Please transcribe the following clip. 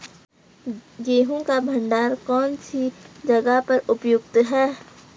गेहूँ का भंडारण कौन सी जगह पर उपयुक्त है?